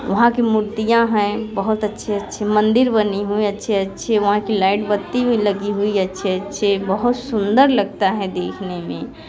वहाँ की मूर्तियाँ हैं बहुत अच्छे अच्छे मंदिर बने हुए अच्छे अच्छे वहाँ की लाइट बत्ती भी लगी हुई अच्छे अच्छे बहुत सुंदर लगता है देखने में